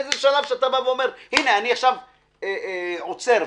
באיזה שלב אומרים: עכשיו אני עוצר,